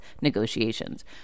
negotiations